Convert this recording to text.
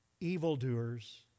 evildoers